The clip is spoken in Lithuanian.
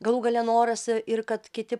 galų gale noras ir kad kiti